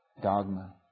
dogma